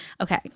okay